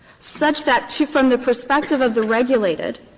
such that to from the perspective of the regulated,